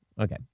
okay